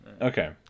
Okay